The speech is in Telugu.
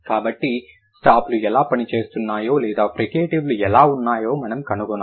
కాబట్టి స్టాప్లు ఎలా పని చేస్తున్నాయో లేదా ఫ్రికేటివ్ లు ఎలా ఉన్నాయో మనం కనుగొనాలి